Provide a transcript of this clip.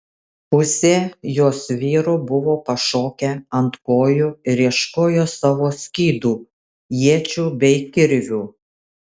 pusė jos vyrų buvo pašokę ant kojų ir ieškojo savo skydų iečių bei kirvių